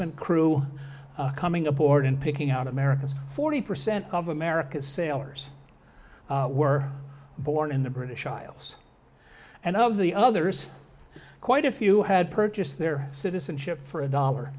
ment crew coming aboard and picking out americans forty percent of american sailors were born in the british isles and of the others quite a few had purchased their citizenship for a dollar